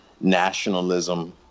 nationalism